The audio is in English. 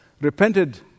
repented